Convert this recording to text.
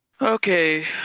Okay